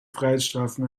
freiheitsstrafen